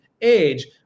age